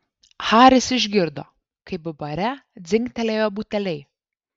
haris išgirdo kaip bare dzingtelėjo buteliai